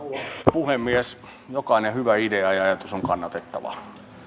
puhemies jokainen hyvä idea ja ajatus on kannatettava